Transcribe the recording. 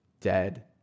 dead